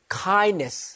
kindness